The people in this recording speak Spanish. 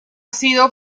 sido